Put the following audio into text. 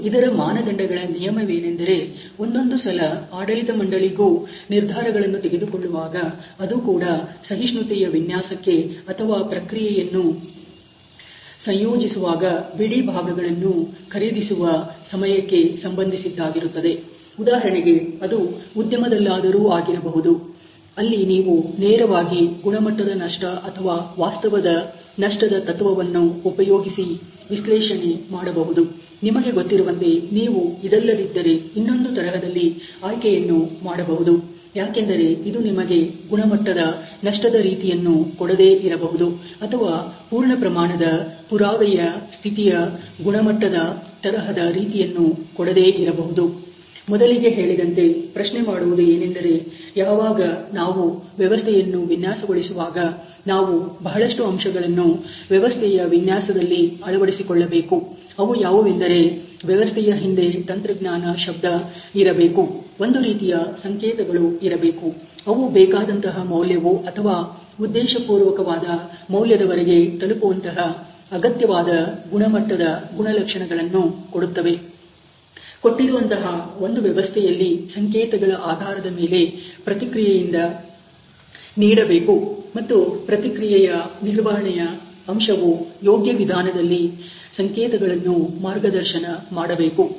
ಮತ್ತು ಇದರ ಮಾನದಂಡಗಳ ನಿಯಮವೇನೆಂದರೆ ಒಂದೊಂದು ಸಲ ಆಡಳಿತ ಮಂಡಳಿಗೂ ನಿರ್ಧಾರಗಳನ್ನು ತೆಗೆದುಕೊಳ್ಳುವಾಗ ಅದು ಕೂಡ ಸಹಿಷ್ಣುತೆಯ ವಿನ್ಯಾಸಕ್ಕೆ ಅಥವಾ ಪ್ರಕ್ರಿಯೆಯನ್ನು ಸಂಯೋಜಿಸುವಾಗ ಬಿಡಿಭಾಗಗಳನ್ನು ಖರೀದಿಸುವ ಸಮಯಕ್ಕೆ ಸಂಬಂಧಿಸಿದ್ದಾಗಿರುತ್ತದೆ ಉದಾಹರಣೆಗೆ ಅದು ಉದ್ಯಮದಲ್ಲಾದರೂ ಆಗಿರಬಹುದು ಅಲ್ಲಿ ನೀವು ನೇರವಾಗಿ ಗುಣಮಟ್ಟದ ನಷ್ಟ ಅಥವಾ ವಾಸ್ತವದ ನಷ್ಟದ ತತ್ವವನ್ನು ಉಪಯೋಗಿಸಿ ವಿಶ್ಲೇಷಣೆ ಮಾಡಬಹುದು ನಿಮಗೆ ಗೊತ್ತಿರುವಂತೆ ನೀವು ಇದಲ್ಲದಿದ್ದರೆ ಇನ್ನೊಂದು ತರಹದಲ್ಲಿ ಆಯ್ಕೆಯನ್ನು ಮಾಡಬಹುದು ಯಾಕೆಂದರೆ ಇದು ನಿಮಗೆ ಗುಣಮಟ್ಟದ ನಷ್ಟದ ರೀತಿಯನ್ನು ಕೊಡದೆ ಇರಬಹುದು ಅಥವಾ ಪೂರ್ಣಪ್ರಮಾಣದ ಪುರಾವೆಯ ಸ್ಥಿತಿಯ ಗುಣಮಟ್ಟದ ತರಹದ ರೀತಿಯನ್ನು ಕೊಡದೆ ಇರಬಹುದು ಮೊದಲಿಗೆ ಹೇಳಿದಂತೆ ಪ್ರಶ್ನೆ ಮೂಡುವುದು ಏನೆಂದರೆ ಯಾವಾಗ ನಾವು ವ್ಯವಸ್ಥೆಯನ್ನು ವಿನ್ಯಾಸಗೊಳಿಸುವಾಗ ನಾವು ಬಹಳಷ್ಟು ಅಂಶಗಳನ್ನು ವ್ಯವಸ್ಥೆಯ ವಿನ್ಯಾಸದಲ್ಲಿ ಅಳವಡಿಸಿಕೊಳ್ಳಬೇಕು ಅವು ಯಾವುದೆಂದರೆವ್ಯವಸ್ಥೆಯ ಹಿಂದೆ ತಂತ್ರಜ್ಞಾನ ಶಬ್ದ ಇರಬೇಕು ಒಂದು ರೀತಿಯ ಸಂಕೇತಗಳು ಇರಬೇಕು ಅವು ಬೇಕಾದಂತಹ ಮೌಲ್ಯವು ಅಥವಾ ಉದ್ದೇಶಪೂರ್ವಕವಾದ ಮೌಲ್ಯದ ವರೆಗೆ ತಲುಪುವಂತಹ ಅಗತ್ಯವಾದ ಗುಣಮಟ್ಟದ ಗುಣಲಕ್ಷಣಗಳನ್ನು ಕೊಡುತ್ತದೆ ಕೊಟ್ಟಿರುವಂತಹ ಒಂದು ವ್ಯವಸ್ಥೆಯಲ್ಲಿ ಸಂಕೇತಗಳ ಆಧಾರದ ಮೇಲೆ ಪ್ರತಿಕ್ರಿಯೆಯಿಂದ ನೀಡಬೇಕು ಮತ್ತು ಪ್ರತಿಕ್ರಿಯೆಯ ನಿರ್ವಹಣೆಯ ಅಂಶವು ಯೋಗ್ಯ ವಿಧಾನದಲ್ಲಿ ಸಂಕೇತಗಳನ್ನು ಮಾರ್ಗದರ್ಶನ ಮಾಡಬೇಕು